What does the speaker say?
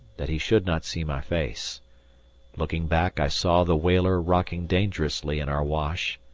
that he should not see my face looking back i saw the whaler rocking dangerously in our wash,